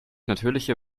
natürliche